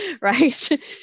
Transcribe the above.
right